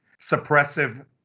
suppressive